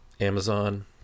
Amazon